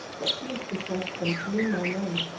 that she is possessed by genie maimoun,